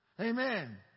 Amen